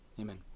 Amen